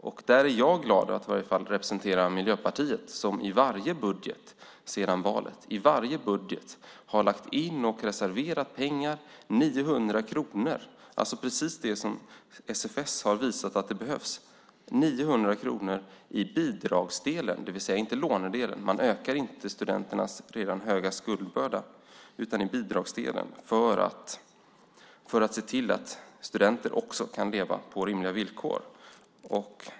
Jag är glad att representera Miljöpartiet som i varje budget sedan valet har lagt in och reserverat 900 kronor - alltså just den summa som SFS har visat behövs - i bidragsdelen, inte lånedelen, för att se till att studenter också kan leva på rimliga villkor. Man ökar alltså inte studenternas redan höga skuldbörda.